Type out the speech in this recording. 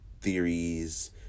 theories